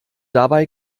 dabei